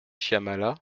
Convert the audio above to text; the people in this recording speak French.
shyamala